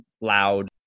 loud